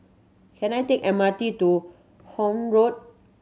can I take M R T to Horne Road